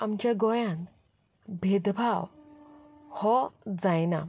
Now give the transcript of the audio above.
आमच्या गोंयांत भेदभाव हो जायना